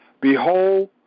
Behold